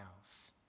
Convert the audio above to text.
else